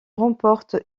remporte